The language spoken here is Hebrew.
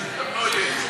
אין, וגם לא יהיה.